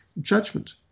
judgment